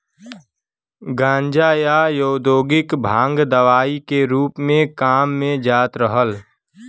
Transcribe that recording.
गांजा, या औद्योगिक भांग दवाई के रूप में काम में जात रहल